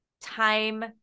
time